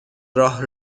راه